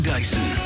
Dyson